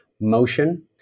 motion